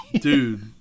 dude